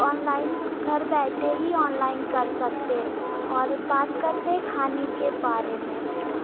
online घर बैठे ही ऑनलाइन कर सकते और बात करते हैं खाने के बारे में